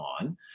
on